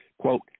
quote